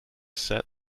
sept